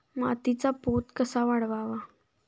मातीचा पोत कसा वाढवावा?